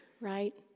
right